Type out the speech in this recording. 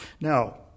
Now